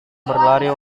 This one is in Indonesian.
berlari